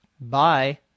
Bye